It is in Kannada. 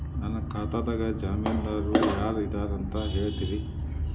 ನನ್ನ ಖಾತಾದ್ದ ಜಾಮೇನದಾರು ಯಾರ ಇದಾರಂತ್ ಹೇಳ್ತೇರಿ?